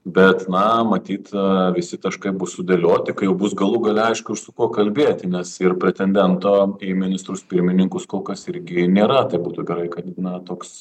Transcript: bet na matyt visi taškai bus sudėlioti kai jau bus galų gale aišku ir su kuo kalbėti nes ir pretendento į ministrus pirmininkus kol kas irgi nėra tai būtų gerai kad toks